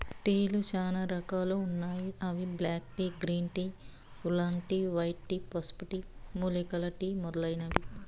టీలు చానా రకాలు ఉన్నాయి అవి black tea, green tea, oolong tea, white tea, పసుపు టీ, మూలికల టీ మొదలైనవి